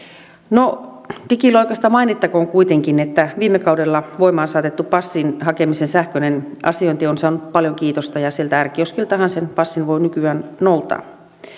no digiloikasta mainittakoon kuitenkin että viime kaudella voimaan saatettu passin hakemisen sähköinen asiointi on saanut paljon kiitosta ja sieltä r kioskiltahan sen passin voi nykyään noutaa